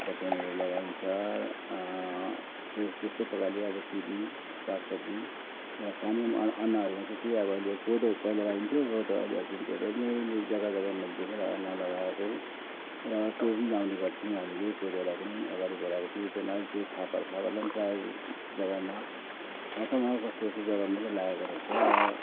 खोर्सानीहरू लगाइन्छ त्यस्तै प्रकारले अब सिमी साग सब्जी र खाने अन्नहरूमा चाहिँ त्यही अब कोदो पहिला लाइन्थ्यो अहिले अचेल धेरै नै जग्गा जग्गामा मैले देखेँ नलागाको र त्यो पनि लगाउने गर्थ्यौँ हामीले कोदोलाई पनि अगाडि बढाएको थियौँ तर अहिले चाहिँ फापर फापरलाई पनि प्राय जग्गामा भटमास कस्तो कस्तो जग्गामा चाहिँ लाएको रहेछ र